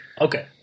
Okay